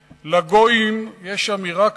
לגויים, יש אמירה כזאת,